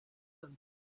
them